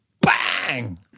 bang